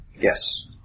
Yes